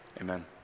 Amen